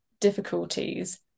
difficulties